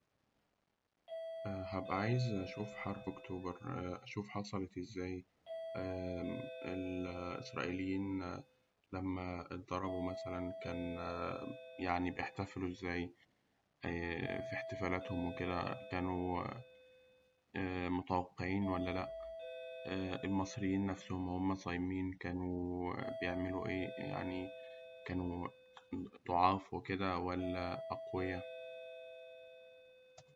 هأبقى عايز أشوف حرب أكتوبر أشوف حصلت إزاي؟ ال- الإسرائيليين لما اتضربوا مثلاً كان بيحتفلوا إزاي في احتفالاتهم وكده؟ متوقعين ولا لأ؟ المصريين نفسهم وهم صايمين كانوا بيعملوا إيه؟ كانوا ضعاف وكده ولا أقويا؟